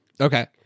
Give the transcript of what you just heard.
Okay